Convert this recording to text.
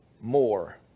more